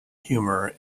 humor